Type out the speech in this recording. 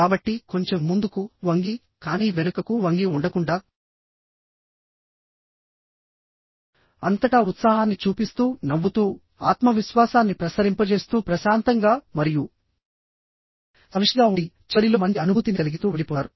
కాబట్టి కొంచెం ముందుకు వంగి కానీ వెనుకకు వంగి ఉండకుండాఅంతటా ఉత్సాహాన్ని చూపిస్తూనవ్వుతూ ఆత్మవిశ్వాసాన్ని ప్రసరింపజేస్తూప్రశాంతంగా మరియు సమిష్టిగా ఉండిచివరిలో మంచి అనుభూతిని కలిగిస్తూ వెళ్ళిపోతారు